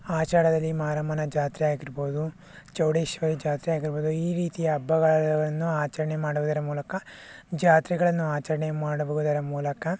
ಆಷಾಢದಲ್ಲಿ ಮಾರಮ್ಮನ ಜಾತ್ರೆ ಆಗಿರ್ಬೋದು ಚೌಡೇಶ್ವರಿ ಜಾತ್ರೆ ಆಗಿರ್ಬೋದು ಈ ರೀತಿಯ ಹಬ್ಬಗಳನ್ನು ಆಚರಣೆ ಮಾಡುವುದರ ಮೂಲಕ ಜಾತ್ರೆಗಳನ್ನು ಆಚರಣೆ ಮಾಡುವುದರ ಮೂಲಕ